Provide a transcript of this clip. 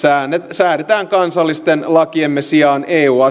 säädetään kansallisten lakiemme sijaan